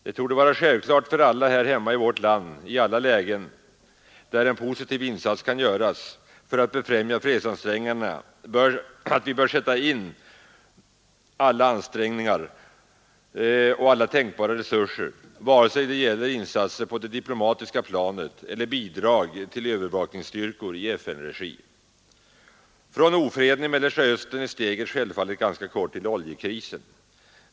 Det torde vara självklart för alla här hemma att vårt land i alla lägen, där en positiv insats kan göras för att befrämja fredsansträngningarna, bör sätta in alla tänkbara resurser, vare sig det gäller insatser på det diplomatiska planet eller bidrag till övervakningsstyrkor i FN-regi. Från ofreden i Mellersta Östern är steget självfallet ganska kort till oljekrisen.